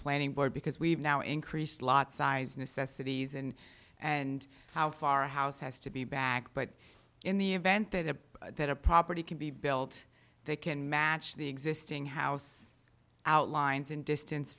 planning board because we've now increased lot size necessities and and how far a house has to be back but in the event that that a property can be built they can match the existing house outlines in distance